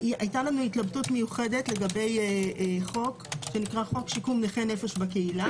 היתה לנו התלבטות מיוחדת לגבי חוק שיקום נכי נפש בקהילה.